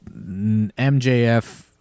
MJF